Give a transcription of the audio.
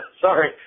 Sorry